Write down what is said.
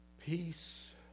Peace